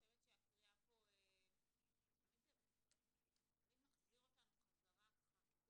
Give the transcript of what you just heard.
אני חושבת שהקריאה פה תמיד מחזירה אותנו חזרה כחוט